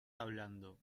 hablando